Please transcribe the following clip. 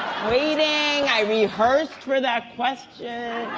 waiting. i rehearsed for that question.